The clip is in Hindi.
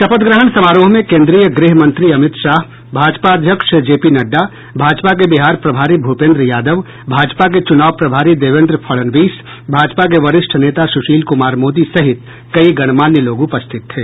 शपथ ग्रहण समारोह में केन्द्रीय गृह मंत्री अमित शाह भाजपा अध्यक्ष जेपी नड्डा भाजपा के बिहार प्रभारी भूपेन्द्र यादव भाजपा के चुनाव प्रभारी देवेन्द्र फड़णवीस भाजपा के वरिष्ठ नेता सुशील कुमार मोदी सहित कई गणमान्य लोग उपस्थित थे